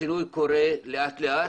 השינוי קורה לאט-לאט.